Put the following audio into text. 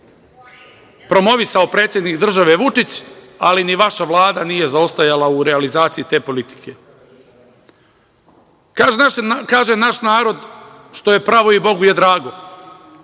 promovisao predsednik države Vučić, ali ni vaša Vlada nije zaostajala u realizaciji te politike. Kaže naš narod – što je pravo i Bogu je drago.